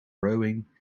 rowing